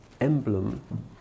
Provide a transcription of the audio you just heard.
emblem